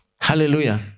Hallelujah